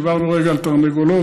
דיברנו רגע על תרנגולות.